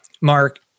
Mark